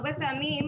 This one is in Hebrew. הרבה פעמים,